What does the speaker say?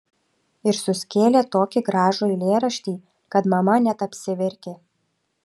ir suskėlė tokį gražų eilėraštį kad mama net apsiverkė